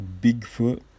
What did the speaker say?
Bigfoot